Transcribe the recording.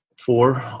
four